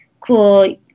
cool